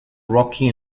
rocky